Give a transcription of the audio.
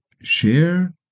share